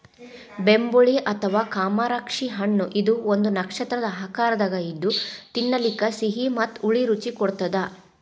ಬೆಂಬುಳಿ ಅಥವಾ ಕಮರಾಕ್ಷಿ ಹಣ್ಣಇದು ಒಂದು ನಕ್ಷತ್ರದ ಆಕಾರದಂಗ ಇದ್ದು ತಿನ್ನಲಿಕ ಸಿಹಿ ಮತ್ತ ಹುಳಿ ರುಚಿ ಕೊಡತ್ತದ